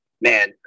man